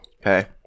okay